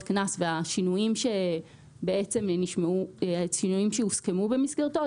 קנס) והשינויים שנשמעו והדברים שהוסכמו במסגרתו.